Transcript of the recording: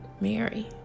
Mary